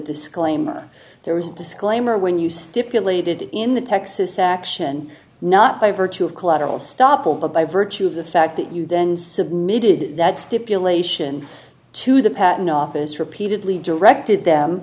disclaimer there was a disclaimer when you stipulated in the texas action not by virtue of collateral stoppel but by virtue of the fact that you then submitted that stipulation to the patent office repeatedly directed them